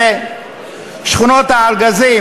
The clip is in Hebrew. שזה שכונות הארגזים,